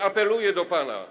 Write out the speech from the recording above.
Apeluję do pana.